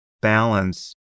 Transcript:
balance